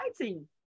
fighting